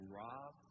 rob